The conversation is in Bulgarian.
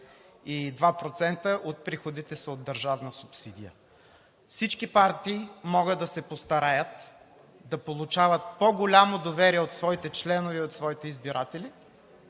92% от приходите са от държавна субсидия. Всички партии могат да се постараят да получават по-голямо доверие от своите членове и от своите избиратели